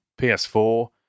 PS4